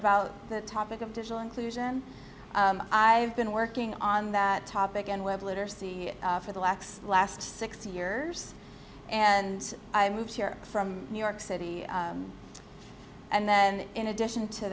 about the topic of digital inclusion i've been working on that topic and web literacy for the lax last sixty years and i moved here from new york city and then in addition to